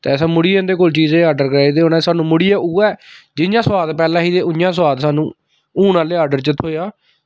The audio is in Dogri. ते असें मुड़ियै इं'दे कोल एह् चीज ऑर्डर कराई ते उ'नें सानूं मुड़ियै उ'ऐ जि'यां सोआद पैह्लें ही उ'ऐ सोआद सानूं हून आह्ले ऑर्डर च थ्होएआ